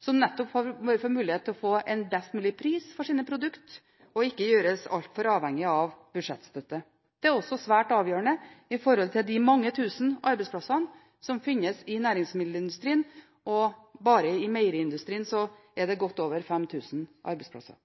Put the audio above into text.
som nettopp bør få mulighet til å få en best mulig pris for sine produkter og ikke gjøres altfor avhengig av budsjettstøtte. Det er også svært avgjørende for de mange tusen arbeidsplassene som finnes i næringsmiddelindustrien. Bare i meieriindustrien er det godt over 5 000 arbeidsplasser.